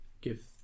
give